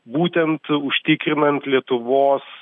būtent užtikrinant lietuvos